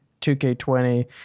2K20